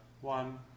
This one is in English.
one